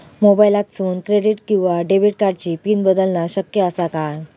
मोबाईलातसून क्रेडिट किवा डेबिट कार्डची पिन बदलना शक्य आसा काय?